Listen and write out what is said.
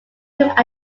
proved